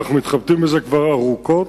אנחנו מתחבטים בזה כבר ארוכות,